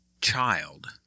child